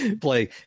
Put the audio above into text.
play